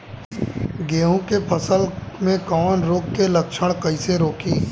गेहूं के फसल में कवक रोग के लक्षण कईसे रोकी?